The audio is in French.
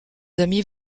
amis